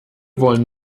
wollen